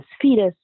fetus